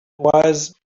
was